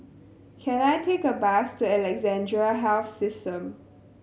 can I take a bus to Alexandra Health System